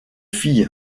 fille